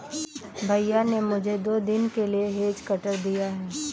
भैया ने मुझे दो दिन के लिए हेज कटर दिया है